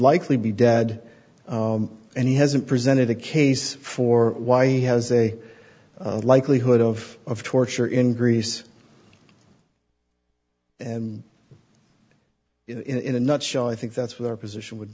likely be dead and he hasn't presented a case for why he has a likelihood of torture in greece and in a nutshell i think that's what our position would